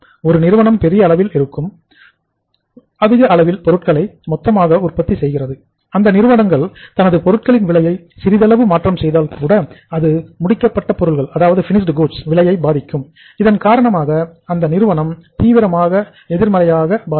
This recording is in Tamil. ஒரு நிறுவனம் பெரிய அளவில் இருக்கும் பொழுது அதிக அளவில் பொருட்களை விலையை பாதிக்கும் இதன் காரணமாக அந்த நிறுவனம் தீவிரமாக எதிர்மறையாக பாதிக்கும்